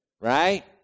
right